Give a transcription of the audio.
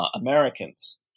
americans